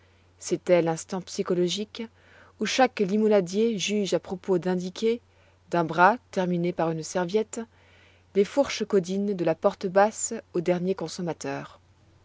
c'était l'instant psychologique où chaque limonadier juge à propos d'indiquer d'un bras terminé par une serviette les fourches caudines de la porte basse aux derniers consommateurs